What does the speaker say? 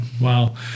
Wow